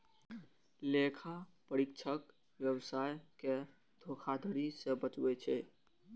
लेखा परीक्षक व्यवसाय कें धोखाधड़ी सं बचबै छै